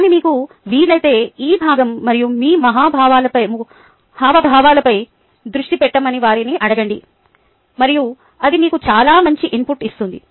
కానీ మీకు వీలైతే ఈ భాగం మరియు మీ హావభావాలపై దృష్టి పెట్టమని వారిని అడగండి మరియు అది మీకు చాలా మంచి ఇన్పుట్ ఇస్తుంది